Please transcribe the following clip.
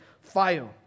fire